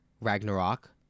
Ragnarok